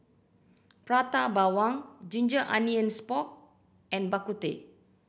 Prata Bawang ginger onions pork and Bak Kut Teh